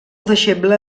deixeble